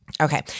Okay